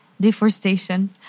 deforestation